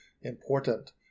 important